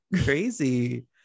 crazy